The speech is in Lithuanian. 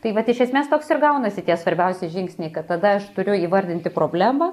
tai vat iš esmės toks ir gaunasi tie svarbiausi žingsniai kad tada aš turiu įvardinti problemą